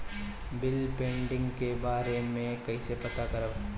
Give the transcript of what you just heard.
Bill pending के बारे में कईसे पता करब?